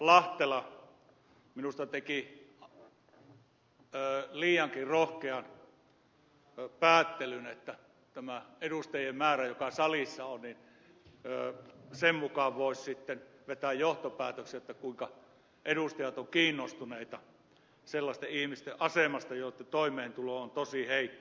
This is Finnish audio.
lahtela minusta teki liiankin rohkean päättelyn että tämän edustajien määrän joka salissa on mukaan voisi sitten vetää johtopäätökset kuinka edustajat ovat kiinnostuneita sellaisten ihmisten asemasta joitten toimeentulo on tosi heikko